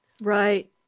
Right